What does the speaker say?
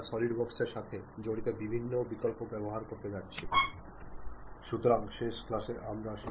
soft സ്കിൽസിന്റെ പ്രധാന ഘടകങ്ങളിലൊന്നായ ആശയവിനിമയ കഴിവുകളെ കുറിച്ചും നിങ്ങൾ മനസ്സിലാക്കി